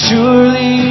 Surely